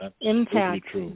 impact